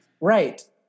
Right